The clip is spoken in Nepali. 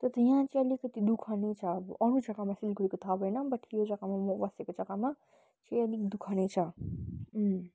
त्यही त यहाँ चाहिँ अलिकति दुखः नै छ अब अरू जग्गामा सिलगढीको थाहा भएन बट यो जग्गामा म बसेको जग्गामा चाहिँ अलिक दुखः नै छ